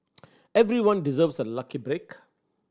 everyone deserves a lucky break